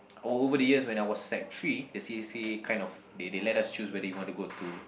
oh over the years when I was Sec Three the c_c_a kind of they they let us choose whether you want to go to